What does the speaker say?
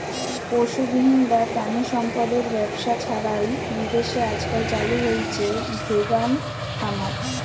পশুবিহীন বা প্রাণিসম্পদএর ব্যবহার ছাড়াই বিদেশে আজকাল চালু হইচে ভেগান খামার